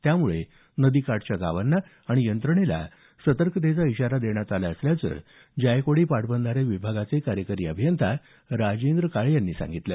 त्यामुळे गोदावरी नदीकाठच्या गावांना आणि यंत्रणेला सर्तकतेचा इशारा देण्यात आला असल्याचं जायकवाडी पाटबंधारे विभागाचे कार्यकारी अभियंता राजेंद्र काळे यांनी सांगितलं